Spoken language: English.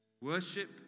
Worship